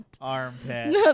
Armpit